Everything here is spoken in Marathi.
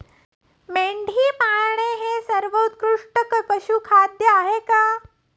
मेंढी पाळणे हे सर्वोत्कृष्ट पशुखाद्य आहे का?